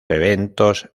eventos